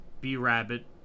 B-Rabbit